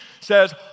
says